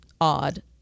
odd